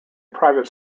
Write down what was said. private